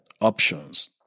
options